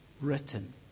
written